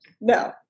no